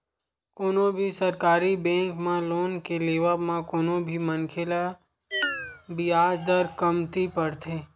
कोनो भी सरकारी बेंक म लोन के लेवब म कोनो भी मनखे ल बियाज दर कमती परथे